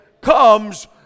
comes